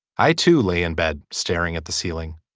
i too lay in bed staring at the ceiling.